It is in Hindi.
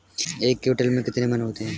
एक क्विंटल में कितने मन होते हैं?